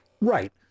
Right